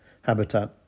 habitat